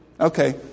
Okay